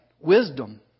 Wisdom